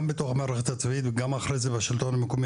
גם בתוך המערכת הצבאית וגם אחרי זה בשלטון המקומי